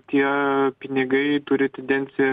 tie pinigai turi tendenciją